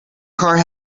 car